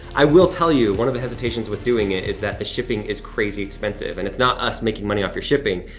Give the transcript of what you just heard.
i will tell you, one of the hesitations with doing it, is that the shipping is crazy expensive, and it's not us making money off your shipping.